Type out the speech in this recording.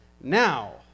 now